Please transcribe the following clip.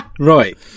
Right